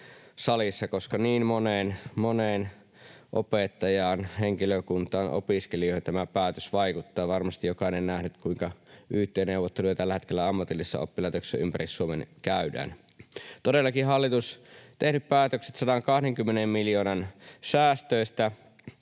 koska niin moneen opettajaan, henkilökuntaan, opiskelijaan tämä päätös vaikuttaa. Varmasti jokainen on nähnyt, kuinka yt-neuvotteluja tällä hetkellä ammatillisissa oppilaitoksissa ympäri Suomen käydään. Todellakin hallitus on tehnyt päätökset 120 miljoonan euron säästöistä,